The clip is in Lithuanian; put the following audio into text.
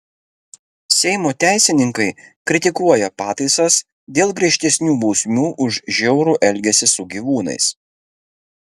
seimo teisininkai kritikuoja pataisas dėl griežtesnių bausmių už žiaurų elgesį su gyvūnais